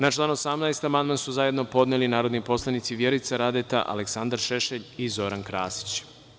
Na član 13. amandman su zajedno podneli narodni poslanici Vjerica Radeta, Aleksandar Šešelj i Zoran Krasić.